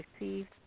received